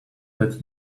that